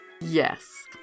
Yes